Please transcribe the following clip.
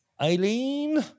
Eileen